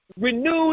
renewed